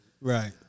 Right